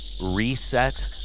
reset